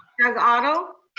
doug otto.